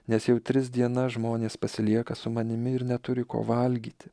nes jau tris dienas žmonės pasilieka su manimi ir neturi ko valgyti